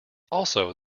also